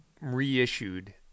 reissued